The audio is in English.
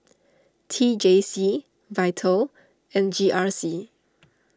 T J C Vital and G R C